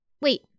Wait